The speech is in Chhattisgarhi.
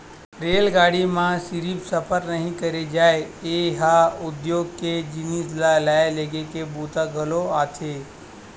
रेलगाड़ी म सिरिफ सफर नइ करे जाए ए ह उद्योग के जिनिस ल लाए लेगे के बूता घलोक आथे